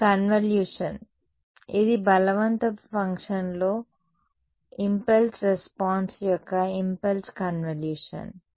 ఇది కన్వల్యూషన్ ఇది బలవంతపు ఫంక్షన్తో ఇంపల్స్ రెస్పాన్స్ యొక్క ఇంపల్స్ కన్వల్యూషన్